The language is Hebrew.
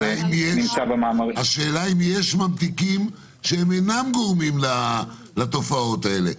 השאלה אם יש ממתיקים שלא גורמים לתופעות האלה.